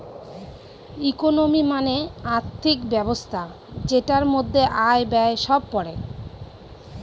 economy মানে আর্থিক ব্যবস্থা যেটার মধ্যে আয়, ব্যয় সব পড়ে